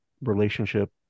relationship